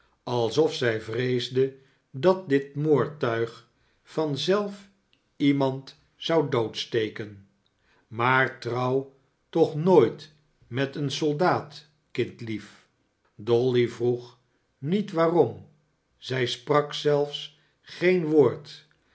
alsof zij vreesde dat dit moordtmg van zelf iemand zou doodsteken maar trouw toch nooit met een soldaat kindlief dolly vroeg niet waarom zij sprak zelfs geen woord